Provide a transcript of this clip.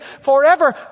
forever